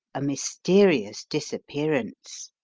a mysterious disappearance.